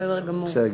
בסדר גמור.